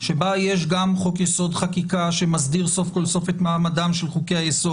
שבה יש גם חוק-יסוד: חקיקה שמסדיר סוף כל סוף את מעמדם של חוקי-היסוד,